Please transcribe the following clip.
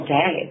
day